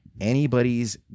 Anybody's